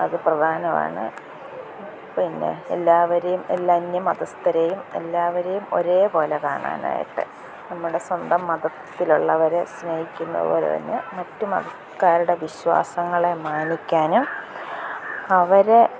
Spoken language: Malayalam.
അത് പ്രധാനമാണ് പിന്നെ എല്ലാവരെയും എല്ലാ അന്യ മതസ്ഥരെയും എല്ലാവരെയും ഒരേ പോലെ കാണാനായിട്ട് നമ്മുടെ സ്വന്തം മതത്തിലുള്ളവരെ സ്നേഹിക്കുന്ന പോലെ തന്നെ മറ്റു മതക്കാരുടെ വിശ്വാസങ്ങളെ മാനിക്കാനും അവരെ